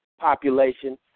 population